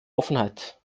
offenheit